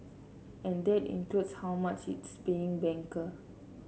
and that includes how much it's paying banker